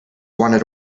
wanted